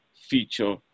feature